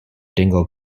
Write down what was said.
dingle